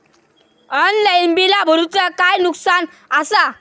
Offline बिला भरूचा काय नुकसान आसा?